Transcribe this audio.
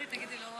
לכי תגידי לו.